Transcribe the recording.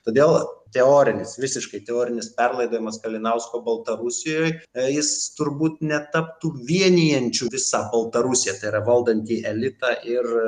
todėl teorinis visiškai teorinis perlaidojimas kalinausko baltarusijoj jis turbūt netaptų vienijančiu visą baltarusiją tai yra valdantį elitą ir